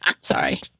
Sorry